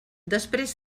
després